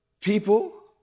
people